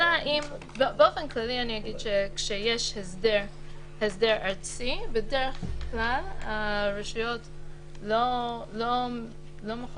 באופן כללי אגיד שכשיש הסדר ארצי בדרך כלל הרשויות לא מחוקקות